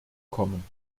kommen